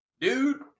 Dude